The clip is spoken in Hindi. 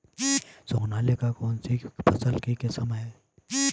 सोनालिका कौनसी फसल की किस्म है?